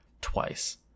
twice